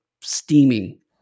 steaming